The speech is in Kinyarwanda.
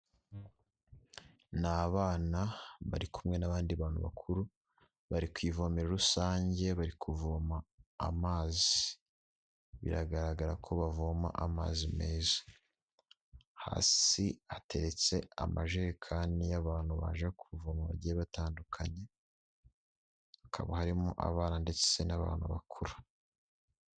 Ni abana bari kumwe n'abandi bantu bakuru bari ku ivomero rusange bari kuvoma amazi, biragaragara ko bavoma amazi meza, hasi hateretse amajerekani y'abantu baje kuvoma bagiye batandukanye, hakaba harimo abana ndetse n'abantu bakuru.